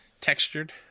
Textured